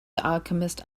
alchemist